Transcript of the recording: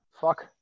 Fuck